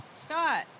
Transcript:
Scott